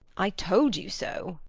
i told you so.